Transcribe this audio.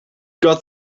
got